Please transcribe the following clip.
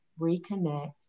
reconnect